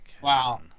Wow